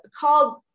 called